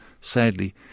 sadly